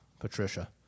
Patricia